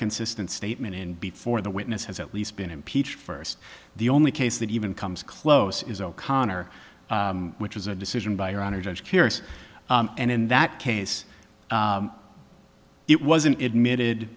consistent statement and before the witness has at least been impeached first the only case that even comes close is o'connor which is a decision by your honor judge curious and in that case it wasn't admitted